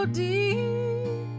deep